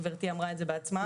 גברתי אמרה את זה בעצמה.